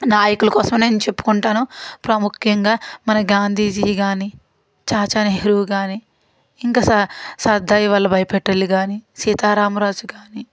నాయకుల కోసం నేను చెప్పుకుంటాను ప్రాముఖ్యంగా మన గాంధీజీ కానీ చాచా నెహ్రూ కానీ ఇంకా సర్దాయి వల్లభాయ్ పటేల్ కానీ సీతారామరాజు కానీ